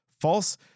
False